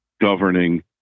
governing